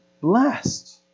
blessed